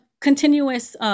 continuous